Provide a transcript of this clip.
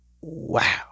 wow